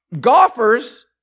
golfers